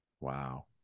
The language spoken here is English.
Wow